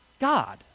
God